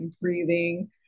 breathing